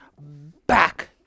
back